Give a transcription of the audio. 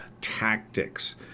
tactics